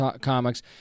Comics